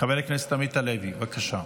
חבר הכנסת עמית הלוי, בבקשה.